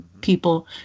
people